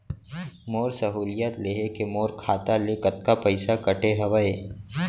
मोर सहुलियत लेहे के मोर खाता ले कतका पइसा कटे हवये?